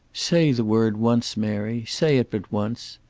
say the word once, mary say it but once.